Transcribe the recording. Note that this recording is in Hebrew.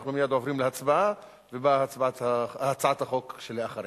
אנחנו מייד עוברים להצבעה ולהצעת החוק שלאחריה.